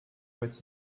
what